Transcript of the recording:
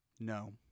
No